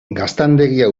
gaztandegia